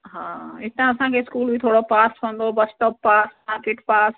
हा हितां असांखे स्कूल बि थोरो पास पवंदो बस स्टॉप पास मार्किट पास